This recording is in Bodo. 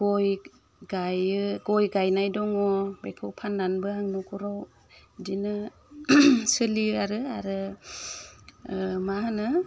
गय गायो गय गायनाय दङ बेखौ फाननानैबो आङो न'खराव बिदिनो सोलियो आरो आरो मा होनो